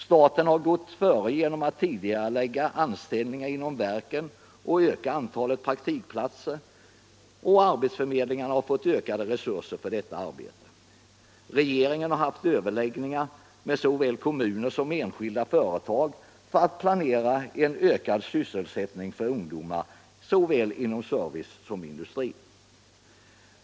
Staten har gått före genom att tidigarelägga anställningar inom verken och öka antalet praktikplatser. Även arbetsförmedlingarna har fått ökade resurser för detta arbete. Regeringen har haft överläggningar med såväl kommuner som enskilda företag för att planera en ökad sysselsättning för ungdomar såväl inom servicesektorn som inom industrin.